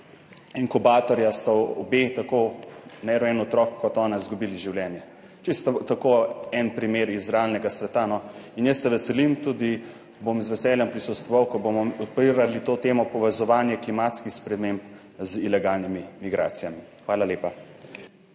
inkubatorja sta oba, tako nerojen otrok kot ona, izgubili življenje. Čisto tako, en primer iz realnega sveta. In jaz se veselim, tudi bom z veseljem prisostvoval, ko bomo odpirali to temo, povezovanje klimatskih sprememb z ilegalnimi migracijami. Hvala lepa.